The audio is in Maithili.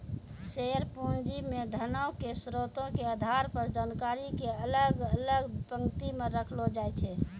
शेयर पूंजी मे धनो के स्रोतो के आधार पर जानकारी के अलग अलग पंक्ति मे रखलो जाय छै